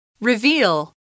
Reveal